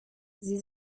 sie